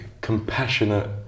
compassionate